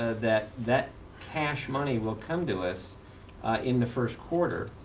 ah that that cash money will come to us in the first quarter